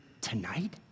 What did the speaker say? tonight